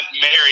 married